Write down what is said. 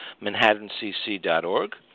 manhattancc.org